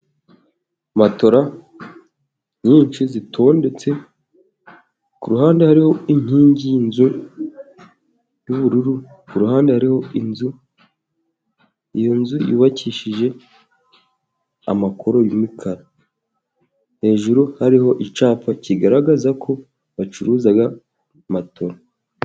Matora nyinshi zitondetse ku ruhande, hariho inkingi y'inzu y'ubururu, ku ruhande hariho inzu, iyo nzu yubakishije amakoro y'imikara. Hejuru hariho icyapa kigaragaza ko bacuruza matoro.